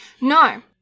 No